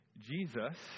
Jesus